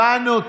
הבנו.